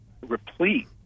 replete